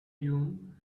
dune